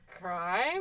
crime